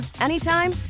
anytime